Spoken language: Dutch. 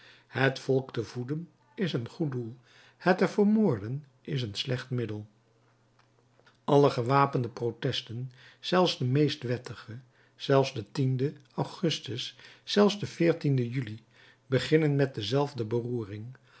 het volk te voeden is een goed doel het te vermoorden is een slecht middel alle gewapende protesten zelfs de meest wettige zelfs de augustus zelfs de juli beginnen met dezelfde beroering